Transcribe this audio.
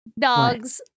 Dogs